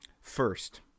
first